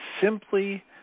simply